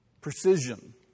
precision